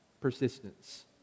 persistence